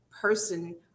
person